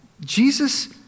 Jesus